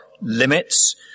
limits